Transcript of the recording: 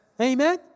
Amen